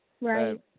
Right